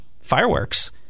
Fireworks